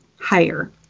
Higher